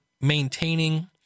maintaining